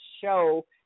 show